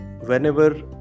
whenever